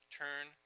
turn